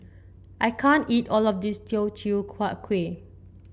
I can't eat all of this Teochew Huat Kuih